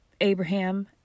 Abraham